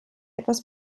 etwas